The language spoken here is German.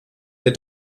der